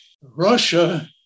Russia